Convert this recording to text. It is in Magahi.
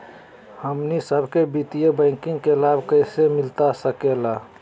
हमनी सबके वित्तीय बैंकिंग के लाभ कैसे मिलता सके ला?